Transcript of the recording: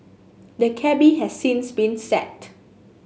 the cabby has since been sacked